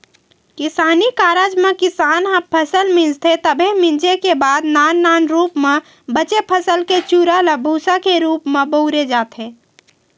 किसानी कारज म किसान ह फसल मिंजथे तब मिंजे के बाद नान नान रूप म बचे फसल के चूरा ल भूंसा के रूप म बउरे जाथे